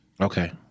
Okay